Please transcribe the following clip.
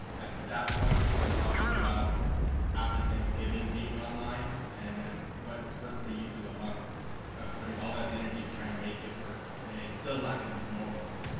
at that point if we're talking about after thanksgiving being online and then what's what's the use of a month of putting all that energy trying to make it work when it's still not going to be normal.